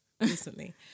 recently